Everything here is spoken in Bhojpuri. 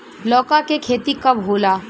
लौका के खेती कब होला?